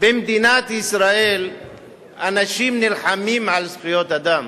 במדינת ישראל אנשים נלחמים על זכויות אדם.